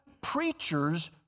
preachers